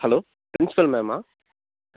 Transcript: hello principal Mema